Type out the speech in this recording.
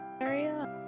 area